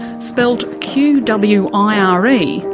spelt q w i r e,